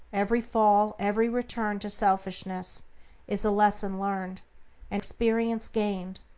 every fall, every return to selfishness is a lesson learned, an experience gained,